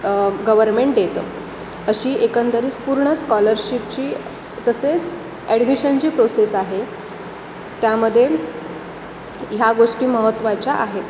government देतं अशी एकंदरीत पूर्ण स्कॉलरशिपची तसेच ॲडमिशनची प्रोसेस आहे त्यामध्ये ह्या गोष्टी महत्वाच्या आहेत